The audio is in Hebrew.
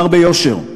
אומר ביושר: